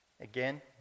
again